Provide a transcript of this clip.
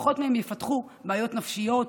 פחות מהם יפתחו בעיות נפשיות.